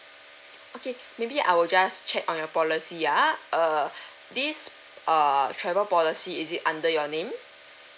okay maybe I will just check on your policy ah err this err travel policy is it under your name